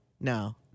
No